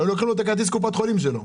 היו לוקחים לו את כרטיס קופת החולים שלו.